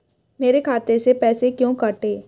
मेरे खाते से पैसे क्यों कटे?